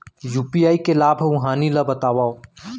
UPI के लाभ अऊ हानि ला बतावव